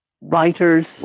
writers